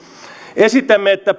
esitämme että